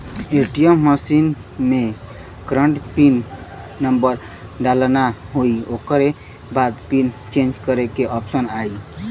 ATM machine में current pin number डालना होई ओकरे बाद पिन चेंज करे क ऑप्शन आई